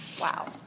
Wow